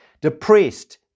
depressed